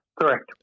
Correct